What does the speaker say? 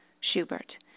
Schubert